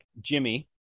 Jimmy